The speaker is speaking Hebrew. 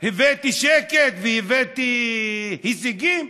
הבאתי שקט והבאתי הישגים?